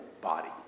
body